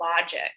logic